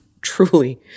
truly